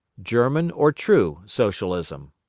german, or true, socialism